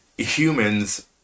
Humans